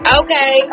okay